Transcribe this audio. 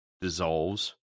dissolves